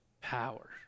power